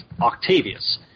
Octavius